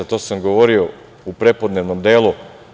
To sam govorio u prepodnevnom delu.